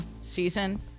season